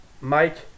Mike